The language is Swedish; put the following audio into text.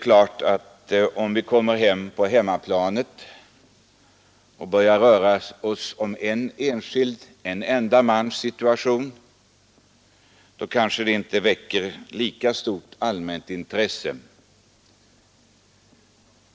När vi nu hamnar på hemmaplan och frågan rör en enda mans situation, så väcker det naturligtvis inte lika stort allmänt intresse.